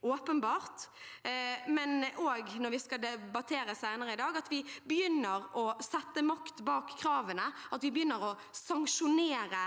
at vi når vi skal debattere det senere i dag, begynner å sette makt bak kravene, at vi begynner å sanksjonere